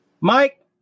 Mike